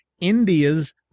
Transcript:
India's